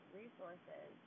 resources